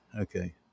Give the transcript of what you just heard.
okay